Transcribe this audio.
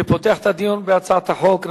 אני פותח את הדיון בהצעת החוק.